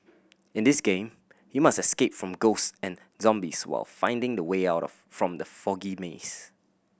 in this game you must escape from ghost and zombies while finding the way out of from the foggy maze